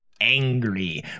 angry